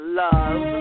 love